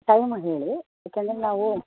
time ಹೇಳಿ ಯಾಕೆಂದ್ರೆ ನಾವು